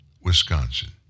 Wisconsin